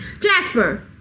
Jasper